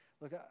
Look